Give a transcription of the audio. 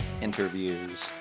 interviews